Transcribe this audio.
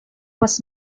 was